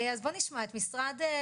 אז בואו נשמע את מערך הסייבר.